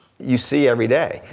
you see everyday.